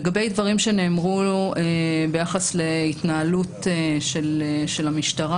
לגבי דברים שנאמרו ביחס להתנהלות של המשטרה.